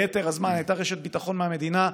ביתר הזמן הייתה רשת ביטחון מהמדינה.